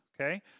okay